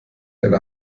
eine